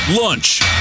lunch